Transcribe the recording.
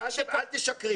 אל תשקרי.